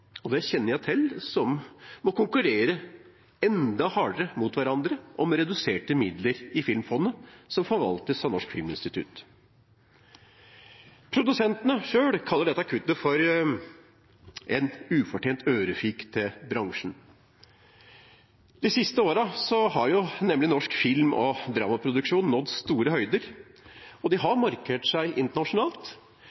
og det kjenner jeg til – som må konkurrere enda hardere mot hverandre om reduserte midler i Filmfondet, som forvaltes av Norsk filminstitutt. Produsentene selv kaller dette kuttet for en ufortjent ørefik til bransjen. De siste årene har nemlig norsk film- og dramaproduksjon nådd store høyder, og de har